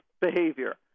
behavior